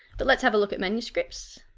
but let's have a look at manuscripts.